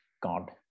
God